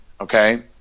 okay